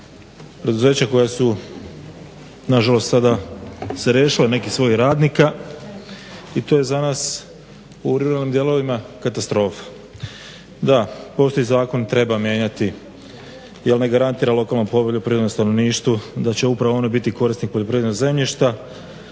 preduća koja su na žalost sada se rešila nekih svojih radnika i to je za nas u ruralnim dijelovima katastrofa. Da, postojeći zakon treba mijenjati jer ne garantira lokalnom poljoprivrednom stanovništvu da će upravo ono biti korisnik poljoprivrednog zemljišta